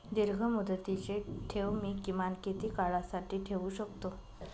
दीर्घमुदतीचे ठेव मी किमान किती काळासाठी ठेवू शकतो?